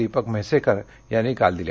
दीपक म्हैसेकर यांनी काल दिल्या